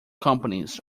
companies